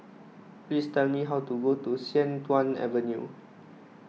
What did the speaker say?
please tell me how to go to Sian Tuan Avenue